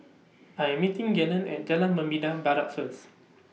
I Am meeting Gaylon At Jalan Membina Barat First